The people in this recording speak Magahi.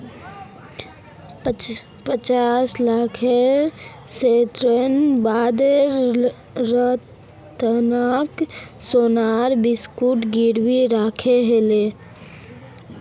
पचास लाखेर ऋनेर बदला रतनक सोनार बिस्कुट गिरवी रखवा ह ले